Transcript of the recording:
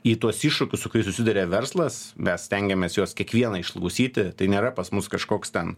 į tuos iššūkius su kuriais susiduria verslas mes stengiamės juos kiekvieną išklausyti tai nėra pas mus kažkoks ten